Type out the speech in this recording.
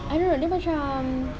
I don't know dia macam